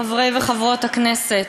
חברי וחברות הכנסת,